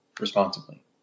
responsibly